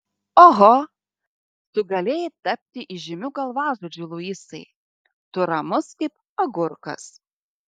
oho tu galėjai tapti įžymiu galvažudžiu luisai tu ramus kaip agurkas